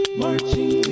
marching